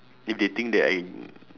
if they think that I